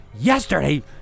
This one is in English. yesterday